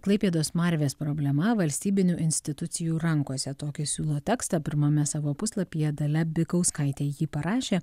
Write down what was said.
klaipėdos smarvės problema valstybinių institucijų rankose tokį siūlo tekstą pirmame savo puslapyje dalia bikauskaitė jį parašė